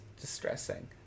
distressing